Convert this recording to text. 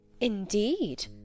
Indeed